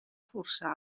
forçar